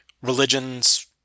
Religions